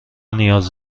نیاز